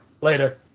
Later